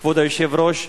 כבוד היושב-ראש,